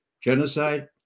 Genocide